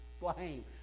Blame